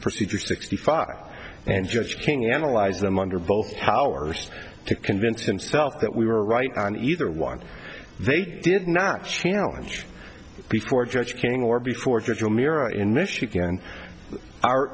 procedure sixty five and judge king analyzed them under both powers to convince himself that we were right on either one they did not challenge before judge king or before judge will mirror in michigan are